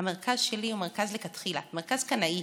המרכז שלי הוא מרכז לכתחילה, מרכז קנאי